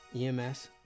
EMS